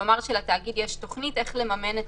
כלומר שלתאגיד יש תוכנית איך לממן את